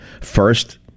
First